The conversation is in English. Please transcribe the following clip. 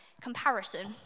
comparison